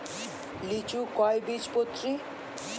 লিচু কয় বীজপত্রী?